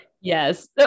Yes